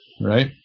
right